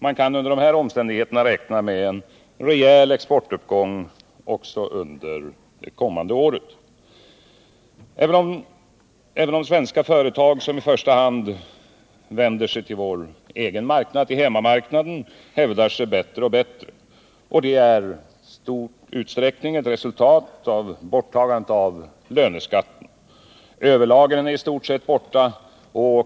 Man kan under dessa omständigheter räkna med en rejäl exportuppgång även under det kommande året. Även de svenska företag som i första hand vänder sig till hemmamarknaden hävdar sig bättre och bättre. Det är i stor utsträckning ett resultat av borttagandet av löneskatten. Överlagren är i stort sett borta.